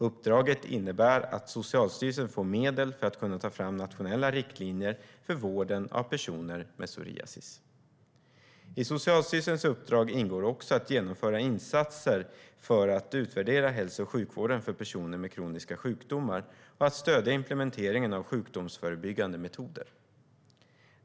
Uppdraget innebär att Socialstyrelsen får medel för att kunna ta fram nationella riktlinjer för vården av personer med psoriasis. I Socialstyrelsens uppdrag ingår också att genomföra insatser för att utvärdera hälso och sjukvården för personer med kroniska sjukdomar och att stödja implementeringen av sjukdomsförebyggande metoder.